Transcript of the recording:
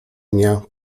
dnia